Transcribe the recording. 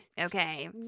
okay